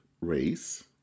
race